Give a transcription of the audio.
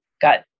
got